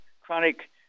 chronic